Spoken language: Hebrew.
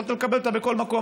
יכולת לקבל אותה בכל מקום.